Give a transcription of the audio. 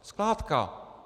Skládka!